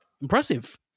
impressive